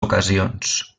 ocasions